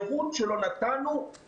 המורים שלנו יש להם מוטיבציה,